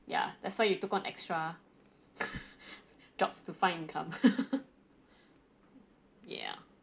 ya that's why you took on extra jobs to find income ya